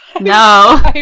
No